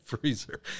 freezer